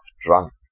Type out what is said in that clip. drunk